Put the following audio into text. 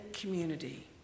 community